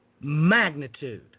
magnitude